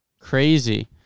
Crazy